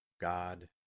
God